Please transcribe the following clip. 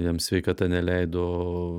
jam sveikata neleido